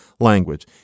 language